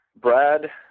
Brad